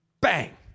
bang